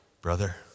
Brother